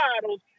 titles